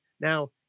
Now